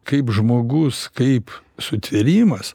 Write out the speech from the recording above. kaip žmogus kaip sutvėrimas